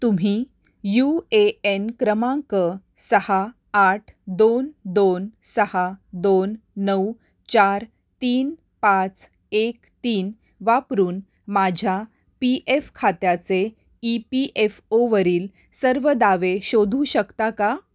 तुम्ही U A N क्रमांक सहा आठ दोन दोन सहा दोन नऊ चार तीन पाच एक तीन वापरून माझ्या पी एफ खात्याचे ई पी एफ ओवरील सर्व दावे शोधू शकता का